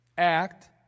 act